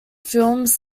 films